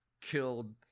killed